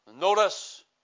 Notice